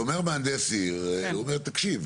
כי אומר מהנדס עיר, הוא אומר תקשיב,